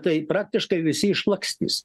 tai praktiškai visi išlakstys